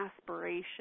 aspiration